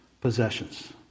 possessions